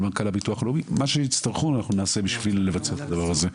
הביטוח הלאומי נעשה למען הדבר הזה.